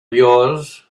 yours